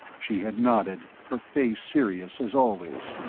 she had nodded, her face serious, as always.